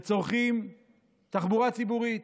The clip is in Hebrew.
ומשתמשים בתחבורה ציבורית,